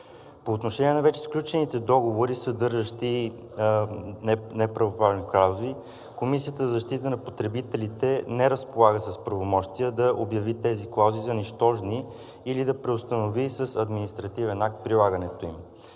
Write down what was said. По отношение на вече сключените договори, съдържащи неравноправни клаузи, Комисията за защита на потребителите не разполага с правомощия да обяви тези клаузи за нищожни или да преустанови с административен акт прилагането им.